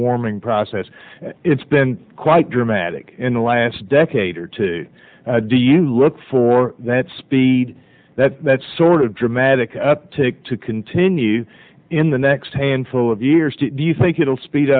warming process it's been quite dramatic in the last decade or two do you look for that speed that that sort of dramatic uptick to continue in the next handful of years do you think it'll speed